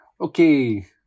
Okay